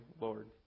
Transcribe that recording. Lord